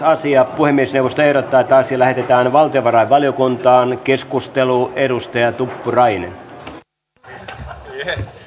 puhemiesneuvosto ehdottaa että asia lähetetään valtiovarainvaliokuntaan keskustelu edustaja tuppurainen l p i e j